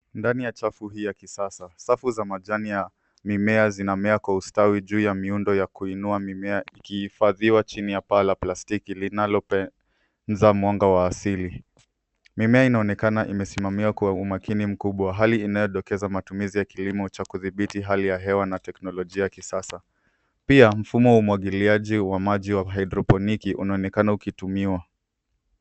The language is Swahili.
Ndani ya chafu hii ya kisasa, safu za majani ya mimea zinamea kwa ustawi juu ya miundo ya kuinua mimea ikihifadhiwa chini ya paa la plastiki linalopenyeza mwanga wa asili. Mimea inaonekana imesimamiwa kwa umakini mkibwa, hali inayodokeza matumizi ya kilimo cha kudhibiti hali ya hewa na teknolojia ya kisasa. Pia mfumo wa umwagiliaji wa maji wa hidroponiki unaonekana ukitumiwa.